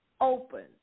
open